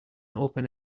open